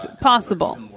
possible